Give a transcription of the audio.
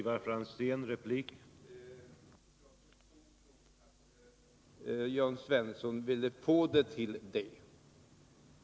Herr talman! Jag förstod nog att Jörn Svensson vill få det till det.